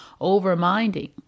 over-minding